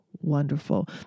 wonderful